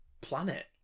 planet